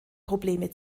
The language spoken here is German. probleme